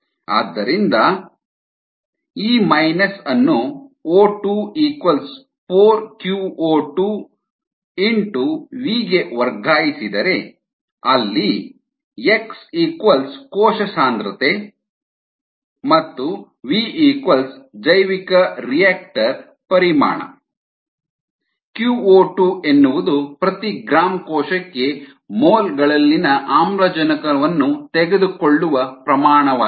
ಆದ್ದರಿಂದ e ಅನ್ನು O2 4 qO2 x V ಗೆ ವರ್ಗಾಹಿಸಿದರೆ ಅಲ್ಲಿ x ಕೋಶ ಸಾಂದ್ರತೆ ಮತ್ತು V ಜೈವಿಕರಿಯಾಕ್ಟರ್ ಪರಿಮಾಣ qO2 ಎನ್ನುವುದು ಪ್ರತಿ ಗ್ರಾಂ ಕೋಶಕ್ಕೆ ಮೋಲ್ಗಳಲ್ಲಿನ ಆಮ್ಲಜನಕವನ್ನು ತೆಗೆದುಕೊಳ್ಳುವ ಪ್ರಮಾಣವಾಗಿದೆ